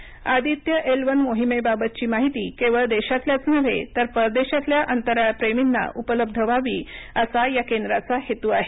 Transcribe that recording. Aditya L one मोहिमेबाबतची माहिती केवळ देशातल्याच नव्हे तर परदेशातल्या अंतराळ प्रेमींना उपलब्ध व्हावी असा या केंद्राचा हेतू आहे